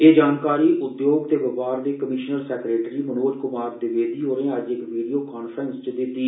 ए जानकारी उद्योग ते बपार दे कमीशनर सैक्रेटरी मनोज क्मार दिवेदी होरें अज्ज इक वीडियो कांफ्रेस दौरान दिती